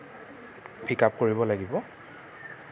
pickup কৰিব লাগিব